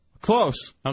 Close